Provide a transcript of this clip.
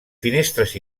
finestres